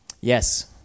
Yes